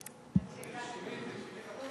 החינוך, התרבות והספורט נתקבלה.